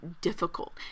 difficult